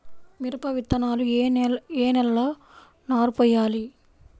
మిరప విత్తనాలు ఏ నెలలో నారు పోయాలి?